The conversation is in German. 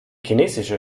chinesische